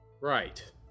Right